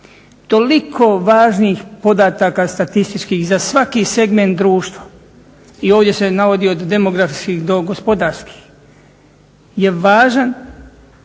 Toliko važnih podataka statističkih za svaki segment društva i ovdje se navodi od demografskih do gospodarskih je važan,